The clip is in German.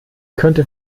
könnte